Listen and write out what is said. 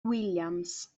williams